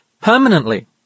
permanently